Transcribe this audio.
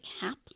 cap